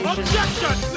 Objection